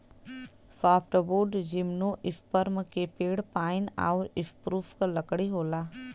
softwood gymnosperm के पेड़ pine आउर स्प्रूस क लकड़ी होला